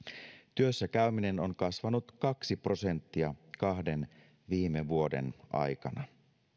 työssäkäyminen on kasvanut kaksi prosenttia kahden viime vuoden aikana